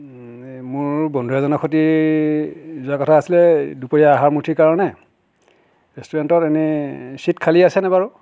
মোৰ বন্ধু এজনৰ সৈতে যোৱা কথা আছিলে দুপৰীয়া আহাৰ মুঠিৰ কাৰণে ৰেষ্টুৰেণ্টত এনেই ছিট খালী আছেনে বাৰু